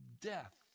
death